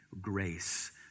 grace